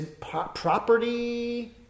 property